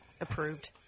Approved